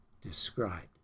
described